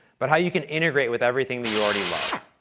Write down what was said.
but how you can integrate with everything that you already love.